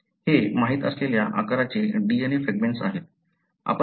हे माहित असलेल्या आकाराचे DNA फ्रॅगमेंट्स आहेत